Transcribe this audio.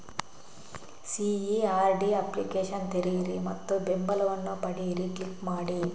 CERD application ತೆರೆಯಿರಿ ಮತ್ತು ಬೆಂಬಲವನ್ನು ಪಡೆಯಿರಿ ಕ್ಲಿಕ್ ಮಾಡಿ